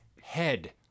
head